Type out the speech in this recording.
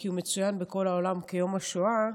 כי הוא מצוין בכל העולם כיום השואה,